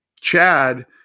Chad